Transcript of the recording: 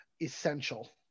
essential